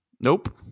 Nope